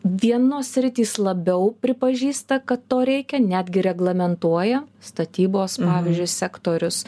vienos sritys labiau pripažįsta kad to reikia netgi reglamentuoja statybos pavyzdžiui sektorius